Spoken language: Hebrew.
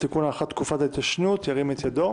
(תיקון - הארכת תקופת ההתיישנות) ירים את ידו?